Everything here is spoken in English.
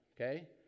okay